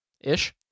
ish